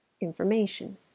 Information